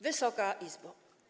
Wysoka Izbo!